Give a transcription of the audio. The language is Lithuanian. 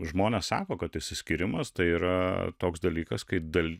žmonės sako kad išsiskyrimas tai yra toks dalykas kai dal